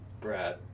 Brad